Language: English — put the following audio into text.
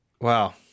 Wow